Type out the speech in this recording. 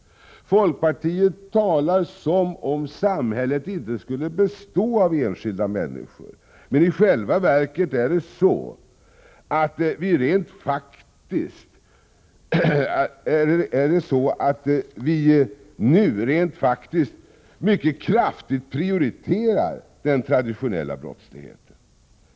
Folkpartiet talar som om samhället inte skulle bestå av enskilda människor. Men i själva verket är det så att vi nu rent faktiskt mycket kraftigt prioriterar den traditionella brottsligheten.